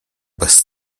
bez